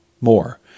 more